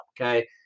Okay